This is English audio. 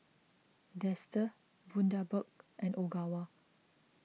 Dester Bundaberg and Ogawa